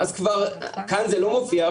כאן זה לא מופיע,